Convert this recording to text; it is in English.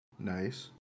Nice